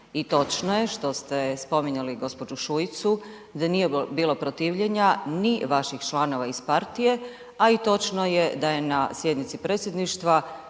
I točno je što ste spominjali gđu. Šuicu da nije bilo protivljenja ni vaših članova iz partije, a i točno je da je na sjednici predsjedništva